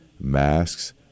Masks